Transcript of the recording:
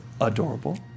adorable